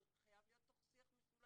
זה חייב להיות תוך שיח משולש.